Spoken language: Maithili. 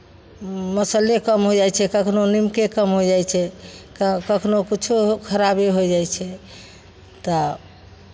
मसल्ले कम होइ जाइ छै कखनहु निमके कम होइ जाइ छै क कखनहु किछो खराबी होइ जाइ छै तऽ